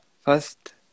first